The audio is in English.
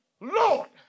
Lord